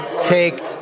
take